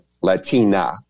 Latina